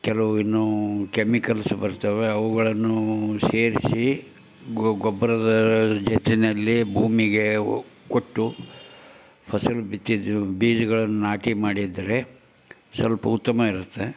ಕೆಲವು ಇನ್ನೂ ಕೆಮಿಕಲ್ಸ್ ಬರ್ತವೆ ಅವುಗಳನ್ನೂ ಸೇರಿಸಿ ಗೊಬ್ಬರದ ಜೊತೆಯಲ್ಲಿ ಭೂಮಿಗೆ ಕೊಟ್ಟು ಫಸಲು ಬಿತ್ತಿದ ಬೀಜ್ಗಳನ್ನು ನಾಟಿ ಮಾಡಿದರೆ ಸ್ವಲ್ಪ ಉತ್ತಮ ಇರುತ್ತೆ